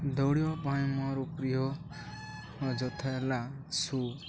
ଦୌଡ଼ିବା ପାଇଁ ମୋର ପ୍ରିୟ ଯଥା ହେଲା ସୁ